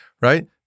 right